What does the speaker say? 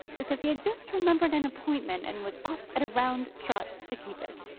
as if he had just remembered an appointment, and was off at a round trot, to keep it.